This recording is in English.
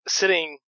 sitting